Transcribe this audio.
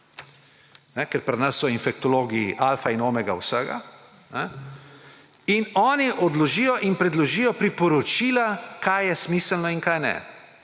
ker pri nas so infektologi alfa in omega vsega – in epidemiološka komisija predloži priporočila, kaj je smiselno in kaj ne.